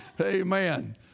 Amen